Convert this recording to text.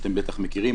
שאתם בטח מכירים,